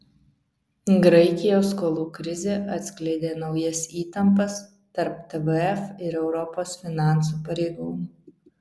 graikijos skolų krizė atskleidė naujas įtampas tarp tvf ir europos finansų pareigūnų